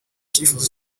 icyifuzo